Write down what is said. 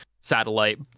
satellite